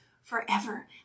forever